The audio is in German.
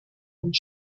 und